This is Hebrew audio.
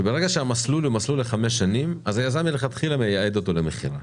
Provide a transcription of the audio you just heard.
שברגע שהמסלול הוא מסלול ל-5 שנים אז היזם מלכתחילה מייעד אותו למכירה,